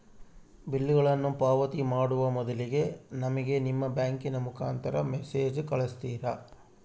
ಬಿಲ್ಲುಗಳನ್ನ ಪಾವತಿ ಮಾಡುವ ಮೊದಲಿಗೆ ನಮಗೆ ನಿಮ್ಮ ಬ್ಯಾಂಕಿನ ಮುಖಾಂತರ ಮೆಸೇಜ್ ಕಳಿಸ್ತಿರಾ?